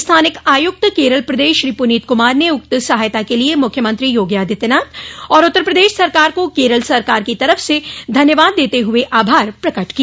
स्थानिक आयुक्त केरल प्रदेश श्री पुनीत कुमार ने उक्त सहायता के लिए मुख्यमंत्री योगी आदित्यनाथ और उत्तर प्रदश सरकार को केरल सरकार की तरफ से धन्यवाद देते हुए आभार प्रकट किया